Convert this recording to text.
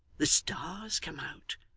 the stars come out!